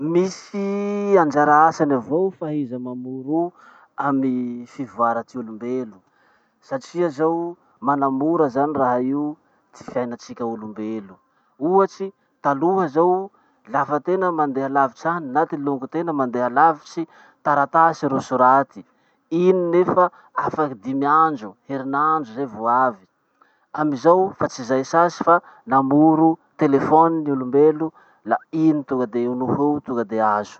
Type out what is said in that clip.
Misy anjara asan'ny avao fahaiza mamoro o amy fivoara ty olombelo satria zao manamora zanyh raha io ty fiainatsika olombelo. Ohatsy, taloha zao, lafa tena mandeha lavitsy any na ty longotena mandeha lavitsy, taratasy ro soraty, iny nefa afaky dimy andro, herinandro zay vo avy. Amizao fa tsy zay sasy fa namoro telefony ny olombelo la iny tonga de eo no ho eo, tonga de azo.